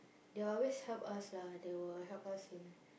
they will always help us lah they will help us in